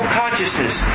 consciousness